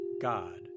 God